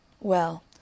Well